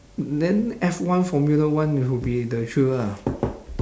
then F one formula one will be the thrill lah